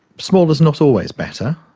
small is not always better,